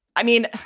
i mean,